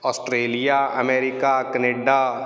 Australia America Canada